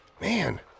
man